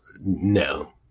No